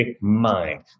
mind